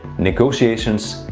negotiations,